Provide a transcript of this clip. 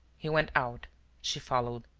he went out she followed.